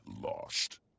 lost